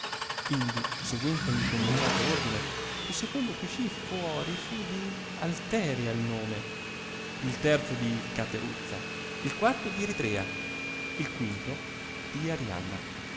indi seguendo l incominciato ordine il secondo che uscì fuori fu di alteria il nome il terzo di cateruzza il quarto di eritrea il quinto di arianna